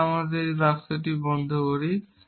তারপর আমরা এই বাক্সটি বন্ধ করি